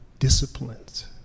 disciplines